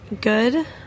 good